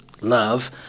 love